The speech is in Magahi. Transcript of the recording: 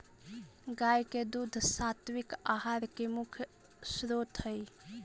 गाय के दूध सात्विक आहार के मुख्य स्रोत हई